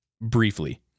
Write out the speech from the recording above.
briefly